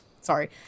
sorry